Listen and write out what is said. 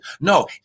No